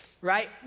right